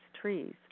trees